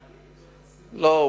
מה זה, סיעתית, לא.